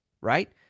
right